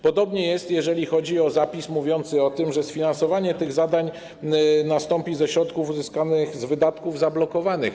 Podobnie jest, jeżeli chodzi o zapis mówiący o tym, że sfinansowanie tych zadań nastąpi ze środków uzyskanych z wydatków zablokowanych.